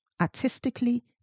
artistically